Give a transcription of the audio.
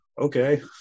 okay